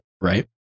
right